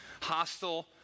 hostile